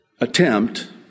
Attempt